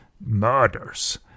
murders